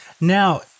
now